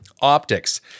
Optics